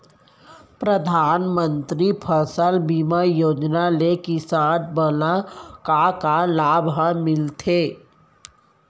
परधानमंतरी फसल बीमा योजना ले किसान मन ला का का लाभ ह मिलथे?